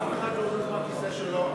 אף אחד לא זז מהכיסא שלו,